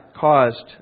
caused